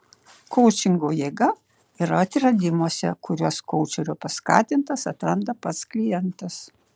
koučingo jėga yra atradimuose kuriuos koučerio paskatintas atranda pats klientas